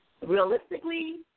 realistically